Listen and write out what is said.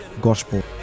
gospel